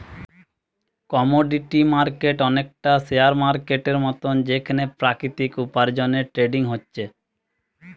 commodity market অনেকটা share মার্কেটের মতন যেখানে প্রাকৃতিক উপার্জনের ট্রেডিং হচ্ছে